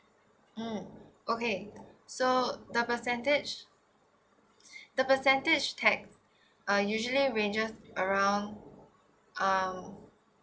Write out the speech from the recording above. mm okay so the percentage the percentage take uh usually when just around um